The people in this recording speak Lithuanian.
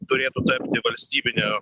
turėtų tapti valstybinio